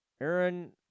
Aaron